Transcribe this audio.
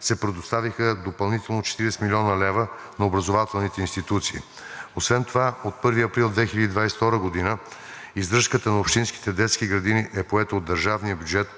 се предоставиха допълнително 40 млн. лв. на образователните институции. Освен това от 1 април 2022 г. издръжката на общинските детски градини е поета от държавния бюджет,